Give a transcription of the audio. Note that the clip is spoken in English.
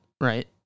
right